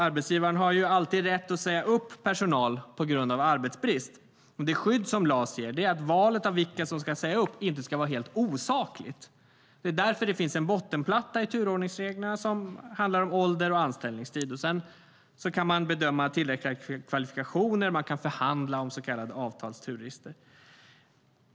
Arbetsgivaren har alltid rätt att säga upp personal på grund av arbetsbrist. Det skydd som LAS ger är att valet av vilka som ska sägas upp inte ska vara helt osakligt. Det är därför det finns en bottenplatta i turordningsreglerna som handlar om ålder och anställningstid. Sedan kan man bedöma tillräckliga kvalifikationer och förhandla om så kallad avtalsturlista.